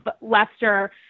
Lester